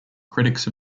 critics